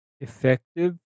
effective